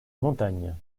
montagne